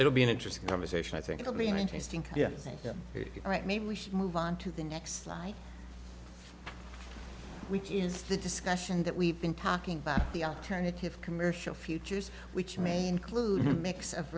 it'll be an interesting conversation i think it'll be interesting yes you're right maybe we should move on to the next line which is the discussion that we've been talking about the alternative commercial futures which may include a mix of